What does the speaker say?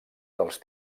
dels